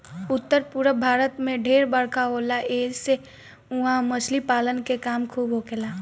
उत्तर पूरब भारत में ढेर बरखा होला ऐसी से उहा मछली पालन के काम खूब होखेला